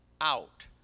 out